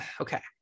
okay